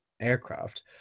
aircraft